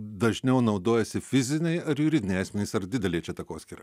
dažniau naudojasi fiziniai ar juridiniai asmenys ar didelė čia takoskyra